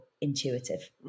intuitive